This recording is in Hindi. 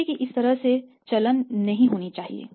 जीपी का इस तरह से चलन नहीं होना चाहिए